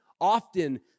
Often